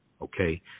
okay